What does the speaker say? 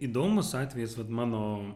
įdomus atvejis vat mano